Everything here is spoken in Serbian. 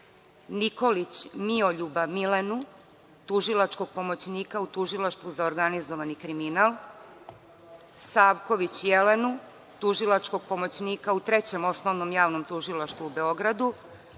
Nikolić Mioljuba Milenu, tužilačkog pomoćnika u Tužilaštvu za organizovani kriminal, Savković Jelenu, tužilačkog pomoćnika u Trećem osnovnom javnom tužilaštvu u Beogradu